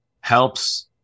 helps